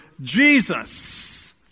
Jesus